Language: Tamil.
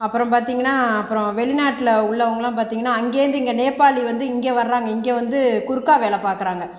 அப்புறம் பார்த்திங்கன்னா அப்புறம் வெளிநாட்டில் உள்ளவங்கள்லாம் பார்த்திங்கன்னா அங்கேயிருந்து இங்கே நேபாளி வந்து இங்கே வராங்க இங்கே வந்து கூர்க்கா வேலை பார்க்கறாங்க